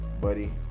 buddy